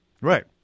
Right